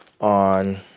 on